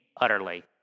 utterly